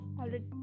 already